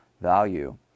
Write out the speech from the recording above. value